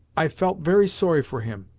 i felt very sorry for him,